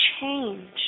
change